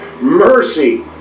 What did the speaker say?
Mercy